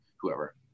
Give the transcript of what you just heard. whoever